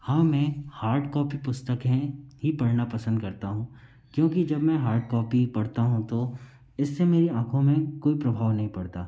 हाँ मैं hard copy पुस्तक हैं ही पढ़ना पसंद करता हूँ क्योंकि जब मैं हार्ड कॉपी पढ़ता हूँ तो इससे मेरी आँखों में कोई प्रभाव नहीं पड़ता